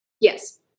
Yes